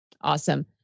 Awesome